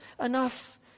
enough